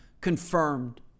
confirmed